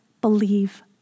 believe